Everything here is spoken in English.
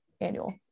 Annual